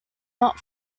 not